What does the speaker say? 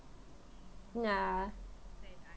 yeah